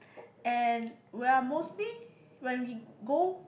and we're mostly when we go